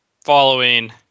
Following